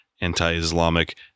anti-Islamic